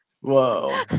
Whoa